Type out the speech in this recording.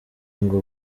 ngo